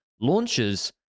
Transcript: launches